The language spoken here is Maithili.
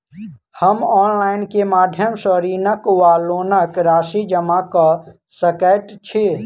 हम ऑनलाइन केँ माध्यम सँ ऋणक वा लोनक राशि जमा कऽ सकैत छी?